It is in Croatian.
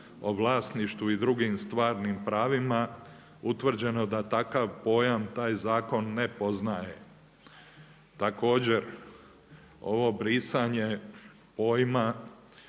o vlasništvu i drugim stvarnim pravima utvrđeno da takav pojam taj zakon ne poznaje. Također, ovo brisanje pojma